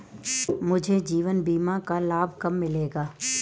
मुझे जीवन बीमा का लाभ कब मिलेगा?